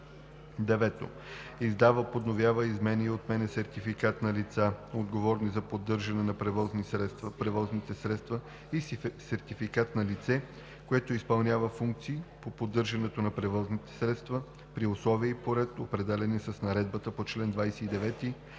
9. издава, подновява, изменя и отнема сертификат на лица, отговорни за поддържане на превозните средства, и сертификат на лице, което изпълнява функции по поддържането на превозни средства, при условия и по ред, определени с наредбата по чл. 29,